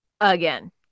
again